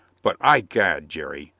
but, i'gad, jerry,